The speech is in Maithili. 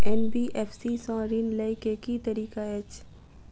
एन.बी.एफ.सी सँ ऋण लय केँ की तरीका अछि?